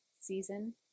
season